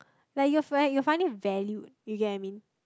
like you fi~ you are finally valued you get what I mean